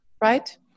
right